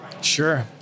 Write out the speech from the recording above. Sure